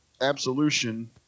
absolution